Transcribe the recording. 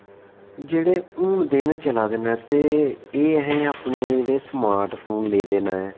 जेह्ड़े हून दिन चला दे न ते एह् असें अपने जेह्ड़े समार्ट फोन ले दे न